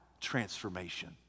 transformation